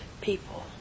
people